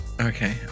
Okay